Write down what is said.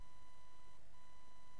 מסגרת אבל צריך גם להוביל לסיום הסכסוך.